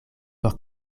por